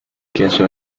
queso